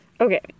Okay